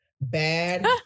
bad